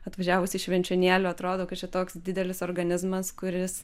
atvažiavus iš švenčionėlių atrodo kad čia toks didelis organizmas kuris